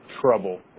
trouble